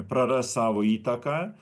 praras savo įtaką